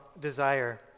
desire